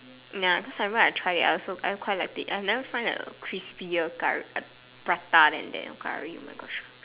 ya cause I remember I try it I also I quite liked it I have never find a crispier curry uh prata than that err curry oh my gosh